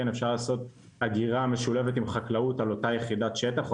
אפשר לעשות אגירה משולבת עם חקלאות על אותה יחידת שטח או